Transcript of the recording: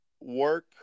work